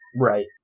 Right